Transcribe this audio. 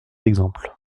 exemple